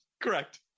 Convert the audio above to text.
Correct